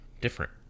different